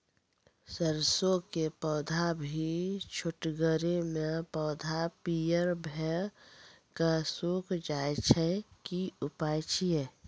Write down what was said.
सरसों के पौधा भी छोटगरे मे पौधा पीयर भो कऽ सूख जाय छै, की उपाय छियै?